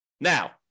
Now